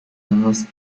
last